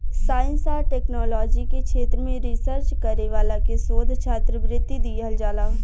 science आ technology के क्षेत्र में रिसर्च करे वाला के शोध छात्रवृत्ति दीहल जाला